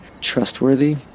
trustworthy